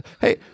Hey